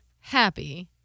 happy